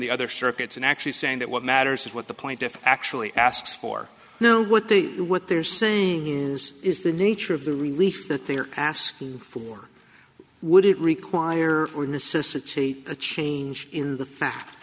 the other circuits and actually saying that what matters is what the point if actually asks for now what they what they're saying is is the nature of the relief that they are asking for would it require or necessitate a change in the fa